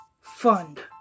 Fund